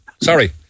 Sorry